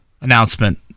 announcement